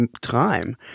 time